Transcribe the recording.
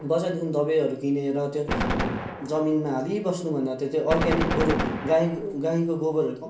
बजारदेखि दबाईहरू किनेर त्यो जमिनमा हालिबस्नु भन्दा त त्यो अर्गानिक बरु गाई गाईको गोबरहरू